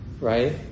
right